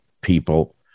people